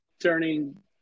turning